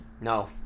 no